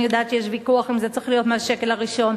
אני יודעת שיש ויכוח אם זה צריך להיות מהשקל הראשון.